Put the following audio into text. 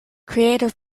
creative